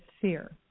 fear